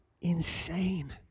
Insane